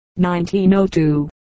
1902